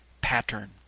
pattern